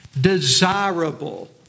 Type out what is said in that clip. desirable